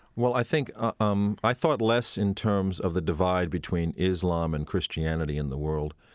well, i think ah um i thought less in terms of the divide between islam and christianity in the world,